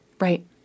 Right